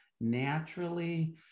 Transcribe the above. naturally